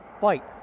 fight